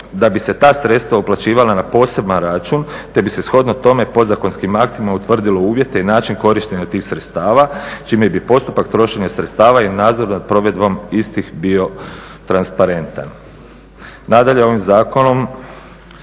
da bi se ta sredstva uplaćivala na poseban račun te bi se shodno tome podzakonskim aktima utvrdilo uvjete i način korištenja tih sredstava čime bi postupak trošenja sredstava i nadzor nad provedbom istih bio transparentan.